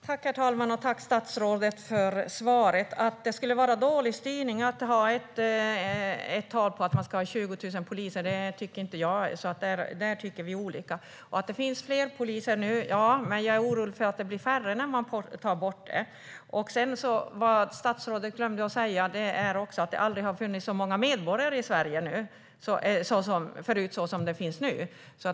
Herr talman! Tack, statsrådet, för svaret! Att det skulle vara dålig styrning att ha ett tak på 20 000 poliser tycker inte jag, så där tycker vi olika. Statsrådet säger att det finns fler poliser nu. Ja, men jag är orolig för att det blir färre när man tar bort detta mål. Men statsrådet glömde säga att det aldrig har funnits så många medborgare i Sverige som nu.